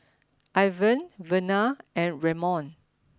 Irvin Vernal and Ramon